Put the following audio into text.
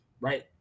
right